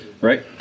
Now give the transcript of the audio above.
Right